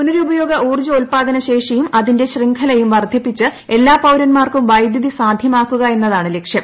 പുനരുപയോഗ ഊർജോൽപാദന ശേഷിയും അതിന്റെ ശൃംഖലയും വർധിപ്പിച്ച് എല്ലാ പൌരന്മാർക്കും വൈദ്യുതി സാധ്യമാക്കുകയെന്നതാണ് ലക്ഷ്യം